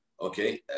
Okay